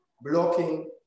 blocking